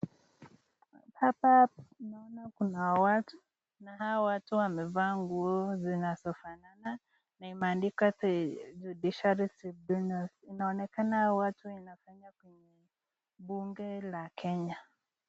Hapa tunaona kuna watu, na hawa watu wamevaa nguo zinazofanana na zimeandikwa the judiciary tribunals . Inaonekana hawa watu wanafanya kazi kwenye bunge la Kenya.